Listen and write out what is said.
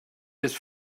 his